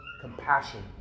compassion